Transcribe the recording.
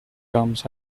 terms